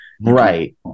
Right